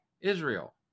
Israel